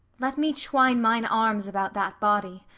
let me twine mine arms about that body,